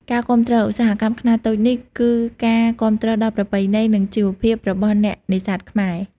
ការគាំទ្រ ឧស្សាហកម្មខ្នាតតូចនេះ គឺការគាំទ្រដល់ប្រពៃណី និងជីវភាពរបស់អ្នកនេសាទខ្មែរ។